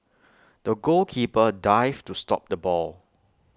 the goalkeeper dived to stop the ball